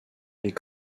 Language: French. les